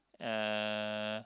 uh